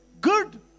Good